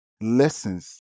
lessons